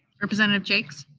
representative jaques?